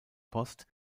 post